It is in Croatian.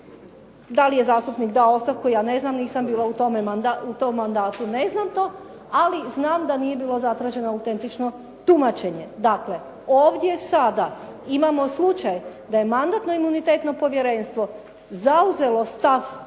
da li je zastupnik dao ostavku ja ne znam, nisam bila u tome mandatu, ne znam to, ali znam da nije bilo zatraženo autentično tumačenje. Dakle, ovdje sada imamo slučaj da je mandatno-imunitetno povjerenstvo zauzelo stav